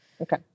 Okay